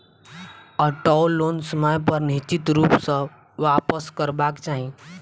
auto loan समय पर निश्चित रूप सॅ वापसकरबाक चाही